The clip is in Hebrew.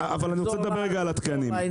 אבל אני רוצה לדבר על התקנים.